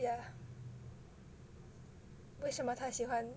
ya 为什么他喜欢